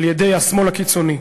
על-ידי השמאל הקיצוני.